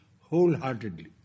wholeheartedly